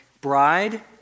bride